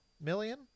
million